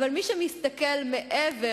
אבל מי שמסתכל מעבר